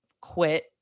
quit